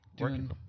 Working